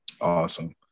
Awesome